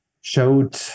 showed